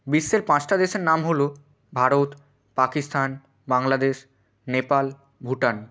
বিশ্বের পাঁচটা দেশের নাম হলো ভারত পাকিস্তান বাংলাদেশ নেপাল ভুটান